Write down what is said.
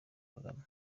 kagame